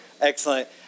Excellent